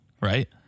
Right